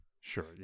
Sure